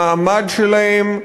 המעמד שלהם,